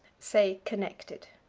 say, connected.